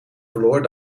verloor